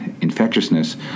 infectiousness